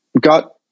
got